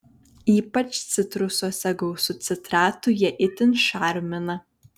ypač citrusuose gausu citratų jie itin šarmina